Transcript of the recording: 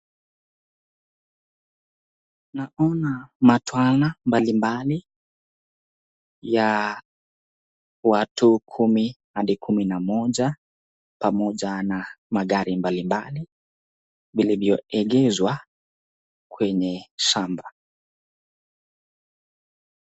Naona matwana mbalimbali ya watu kumi hadi kumi na moja pamoja na gari mbalimbali vilivyoegezwa kwenye shamba.